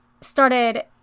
started